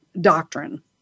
doctrine